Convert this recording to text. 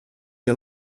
you